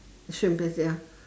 shrimp paste ya